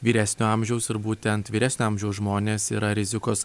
vyresnio amžiaus ir būtent vyresnio amžiaus žmonės yra rizikos